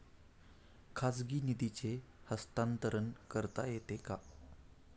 खाजगी निधीचे हस्तांतरण करता येते का?